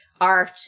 art